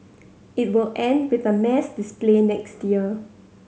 it will end with a mass display next year